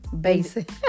Basic